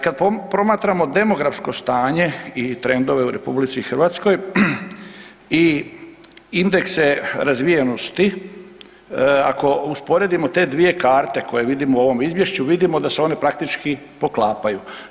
Kad promatramo demografsko stanje i trendove u RH i indekse razvijenosti, ako usporedimo te dvije karte koje vidimo u ovom izvješću, vidimo da se one praktički poklapaju.